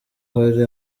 hari